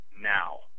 now